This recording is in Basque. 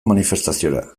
manifestaziora